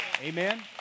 Amen